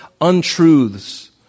untruths